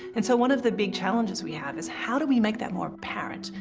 and so, one of the big challenges we have is, how do we make that more apparent?